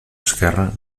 esquerra